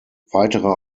weitere